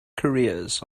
careers